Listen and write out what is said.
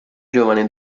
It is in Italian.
giovane